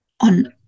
on